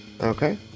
Okay